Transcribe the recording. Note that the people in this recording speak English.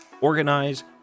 organize